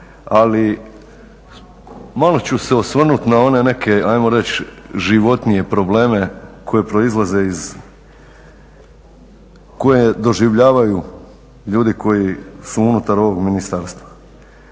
ali malo ću se osvrnuti na one neke ajmo reći životnije probleme koji proizlaze iz, koje doživljavaju ljudi koji su unutar ovog ministarstva.